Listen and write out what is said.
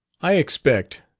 i expect,